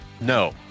No